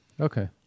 Okay